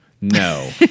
No